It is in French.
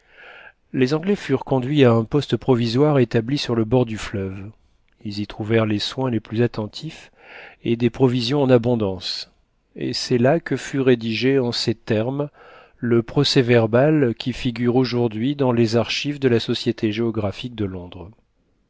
les anglais furent conduits à un poste provisoire établi sur le bord du fleuve ils y trouvèrent les soins les plus attentifs et des provisions en abondance et c'est là que fut rédigé en ces termes le procès-verbal qui figure aujourd'hui dans les archives de la société géographique de londres